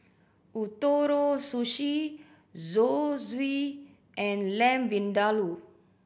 Ootoro Sushi Zosui and Lamb Vindaloo